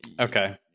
Okay